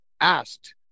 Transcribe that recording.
asked